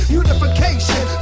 unification